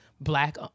black